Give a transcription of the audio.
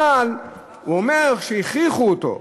אבל הוא אומר שהכריחו אותו,